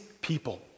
people